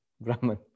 Brahman